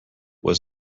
was